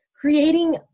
creating